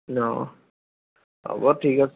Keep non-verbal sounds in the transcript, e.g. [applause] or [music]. [unintelligible] অঁ হ'ব ঠিক আছে